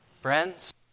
friends